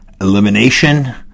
elimination